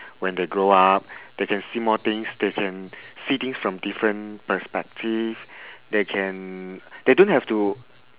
when they grow up they can see more things they can see things from different perspective they can they don't have to